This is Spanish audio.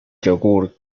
yogur